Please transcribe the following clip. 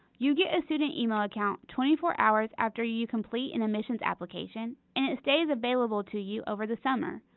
you get a student email account twenty four hours after you complete an admissions application and it stays available to you over the summer,